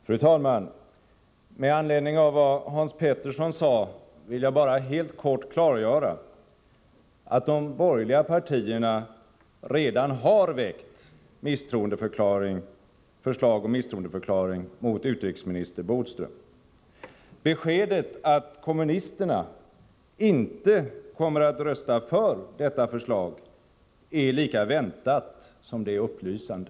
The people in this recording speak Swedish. Fru talman! Med anledning av vad Hans Petersson i Hallstahammar sade vill jag bara helt kort klargöra att de borgerliga partierna redan har framställt förslag om misstroendeförklaring mot utrikesminister Bodström. Beskedet att kommunisterna inte kommer att rösta för detta förslag är lika väntat som belysande.